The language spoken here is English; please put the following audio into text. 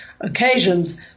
occasions